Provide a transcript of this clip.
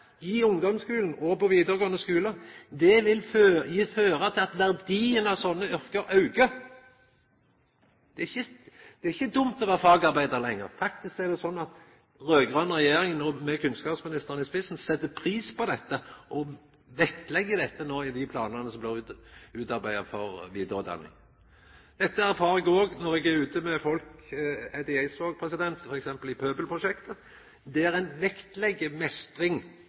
ungdomsskulen og i vidaregåande skule, vil føra til at verdien av sånne yrke aukar. Det er ikkje dumt å vera fagarbeidar lenger. Faktisk er det sånn at den raud-grøne regjeringa med kunnskapsministeren i spissen set pris på dette og vektlegg dette no i dei planane som blir utarbeidde for vidareutdanning. Dette erfarer eg òg når eg er ute med folk, t.d. Eddi Eidsvåg i Pøbelprosjektet, der ein vektlegg